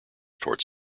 towards